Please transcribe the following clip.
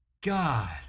God